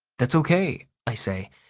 that's okay, i say.